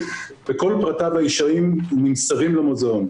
וכל פרטיו האישיים נמצאים במוזיאון.